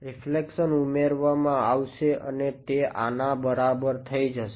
reflection ઉમેરવામાં આવશે અને તે આના બરાબર થઇ જશે